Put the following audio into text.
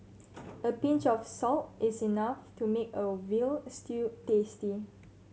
a pinch of salt is enough to make a veal stew tasty